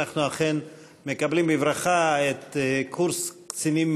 אנחנו אכן מקבלים בברכה את קורס קצינים,